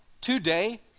today